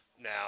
Now